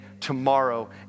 tomorrow